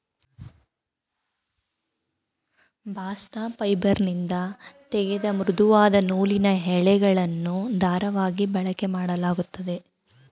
bast ಫೈಬರ್ನಿಂದ ತೆಗೆದ ಮೃದುವಾದ ನೂಲಿನ ಎಳೆಗಳನ್ನು ದಾರವಾಗಿ ಬಳಕೆಮಾಡಲಾಗುತ್ತದೆ